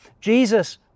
Jesus